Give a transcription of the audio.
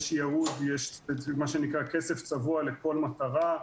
יש ייעוד, יש מה שנקרא כסף צבוע לכל מטרה.